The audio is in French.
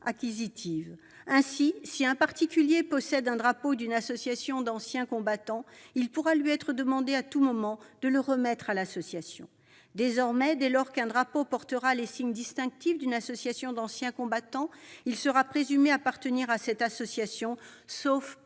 acquisitive. Ainsi, si un particulier possède un drapeau d'une association d'anciens combattants, il pourra lui être demandé à tout moment de le remettre à cette association. Désormais, dès lors qu'un drapeau portera les signes distinctifs d'une association d'anciens combattants, il sera présumé appartenir à cette association, sauf